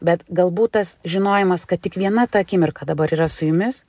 bet galbūt tas žinojimas kad tik viena ta akimirka dabar yra su jumis